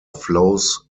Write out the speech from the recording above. flows